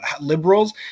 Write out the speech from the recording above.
liberals